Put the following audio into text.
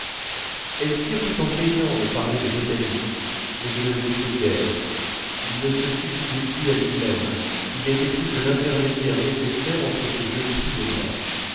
elstir tout en peignant me parlait de botanique mais je ne l'écoutais guère il ne se suffisait plus à lui-même il n'était plus que l'intermédiaire nécessaire entre ces jeunes filles et moi